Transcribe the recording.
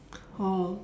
oh